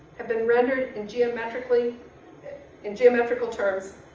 have been rendered in geometrical yeah in geometrical terms.